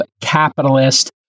capitalist